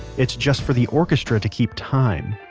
it's just for the orchestra to keep time.